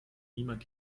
niemand